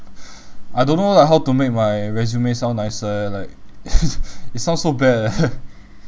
I don't know like how to make my resume sound nicer eh like it sounds so bad eh